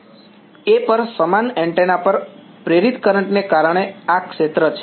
A પર સમાન antenna પર પ્રેરિત કરંટ ને કારણે આ ક્ષેત્ર છે